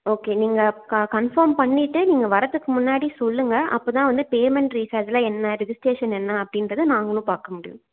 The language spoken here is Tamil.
ஓகே நீங்கள் கா கன்ஃபர்ம் பண்ணிவிட்டு நீங்கள் வரத்துக்கு முன்னாடி சொல்லுங்கள் அப்போ தான் வந்து பேமெண்ட் ரீச்சார்ஜ்லாம் என்ன ரெஜிஸ்ட்ரேஷன் என்ன அப்படிங்கிறத நாங்களும் பார்க்க முடியும்